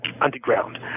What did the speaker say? underground